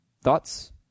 Thoughts